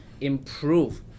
improve